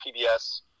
PBS